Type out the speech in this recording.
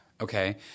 Okay